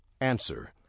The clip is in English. Answer